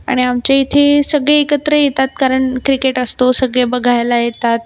आणि आमच्या इथे सगळे एकत्र येतात कारण क्रिकेट असतो सगळे बघायला येतात